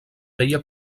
feia